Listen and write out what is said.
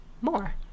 more